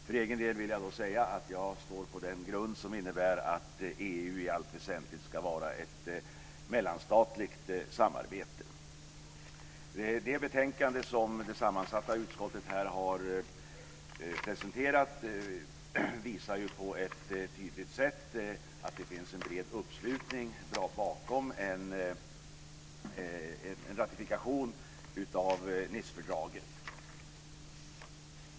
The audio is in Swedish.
För egen del vill jag säga att jag står på den grund som innebär att EU i allt väsentligt ska vara ett mellanstatligt samarbete. Det betänkande som det sammansatta utskottet här har presenterat visar på ett tydligt sätt att det finns en bred uppslutning bakom en ratifikation av Nicefördraget.